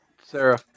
Sarah